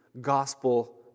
gospel